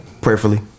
Prayerfully